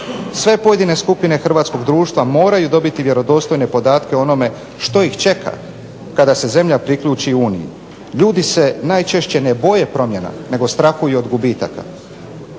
Sve pojedine skupine hrvatskog društva moraju dobiti vjerodostojne podatke o onome što ih čeka kada se zemlja priključi Uniji. Ljudi se najčešće ne boje promjena, nego strahuju od gubitaka.